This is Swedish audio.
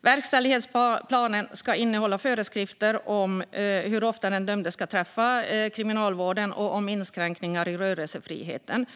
Verkställighetsplanen ska innehålla föreskrifter om hur ofta den dömde ska träffa Kriminalvården och om inskränkningar i rörelsefriheten.